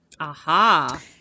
Aha